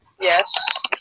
Yes